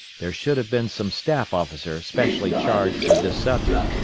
there should have been some staff officer specially charged with this subject,